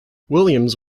williams